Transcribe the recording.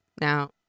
now